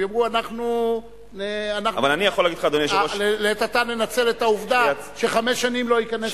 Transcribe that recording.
הם יגידו: אנחנו לעת עתה ננצל את העובדה שחמש שנים לא ייכנס,